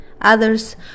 Others